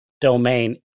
domain